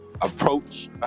approach